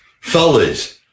Fellas